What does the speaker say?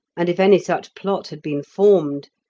and if any such plot had been formed,